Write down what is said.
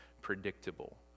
predictable